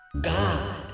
God